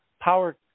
power